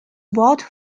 what